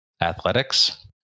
athletics